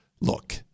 look